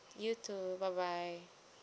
you too bye bye